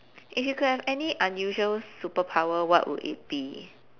if you could have any unusual superpower what would it be